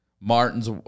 Martin's